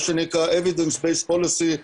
מה שנקרא evidence based policy,